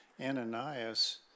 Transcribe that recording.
Ananias